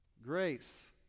Grace